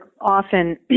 often